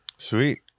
Sweet